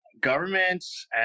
Governments